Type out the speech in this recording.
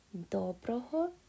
dobroho